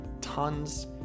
tons